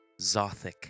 Zothic